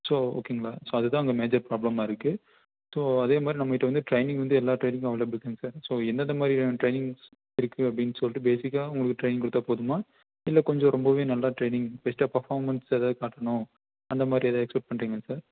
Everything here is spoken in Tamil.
ஸோ ஓகேங்களா ஸோ அது தான் அந்த மேஜர் ப்ராப்ளமாக இருக்கு ஸோ அதேமாதிரி நம்மக்கிட்ட வந்து ட்ரைனிங் வந்து எல்லாத்துக்குமே அவைலபில் இருக்குங்கு சார் ஸோ எந்தந்தமாதிரி ட்ரைனிங் இருக்கு அப்படின்னு சொல்லிட்டு பேசிக்காக உங்களுக்கு ட்ரைன் கொடுத்தா போதுமா இல்லை கொஞ்சம் ரொம்பவே நல்லா ட்ரைனிங் பெஸ்ட்டாக பர்ஃபார்மென்ஸ் எதாவது காட்டணும் அந்தமாதிரி எதாவது எக்ஸ்பைட் பண்ணுறீங்களா சார்